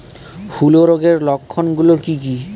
হূলো রোগের লক্ষণ গুলো কি কি?